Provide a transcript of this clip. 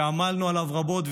שעמלנו עליו רבות,